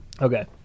okay